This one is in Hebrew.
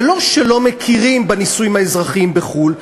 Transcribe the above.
זה לא שלא מכירים בנישואים האזרחיים בחו"ל,